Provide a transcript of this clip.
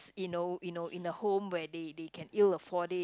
you know you know in the home where they they can ill afford it